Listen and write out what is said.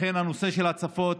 לכן הנושא של ההצפות